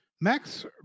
Max